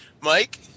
Mike